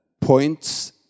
points